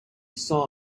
saw